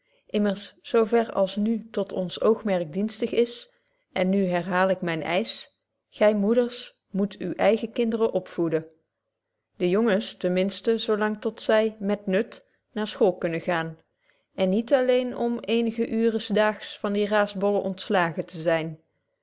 immers zo ver als nu tot ons oogmerk dienstig is en nu herhaal ik myn eisch gy moeders moet uwe eigen kinderen opvoeden de jongens ten minsten zo lang tot zy met nut naar school kunnen gaan en niet alleen om eenige uuren s daags van die raasbollen ontslagen te zyn